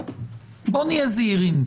בואו נהיה זהירים.